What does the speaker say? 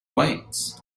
weights